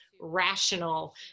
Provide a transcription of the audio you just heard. rational